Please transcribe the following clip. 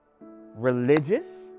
religious